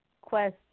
Quest